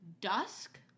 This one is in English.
dusk